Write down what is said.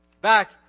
back